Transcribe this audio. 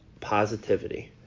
Positivity